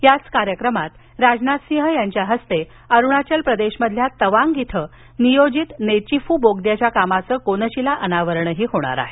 या चं कार्यक्रमात राजनाथसिंह यांच्या हस्ते अरुणाचल प्रदेशमधील तवांग इथं नियोजित नेचीफू बोगद्याच्या कामाचे कोनशीला अनावरण होणार आहे